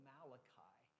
Malachi